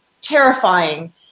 terrifying